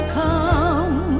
come